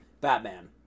Batman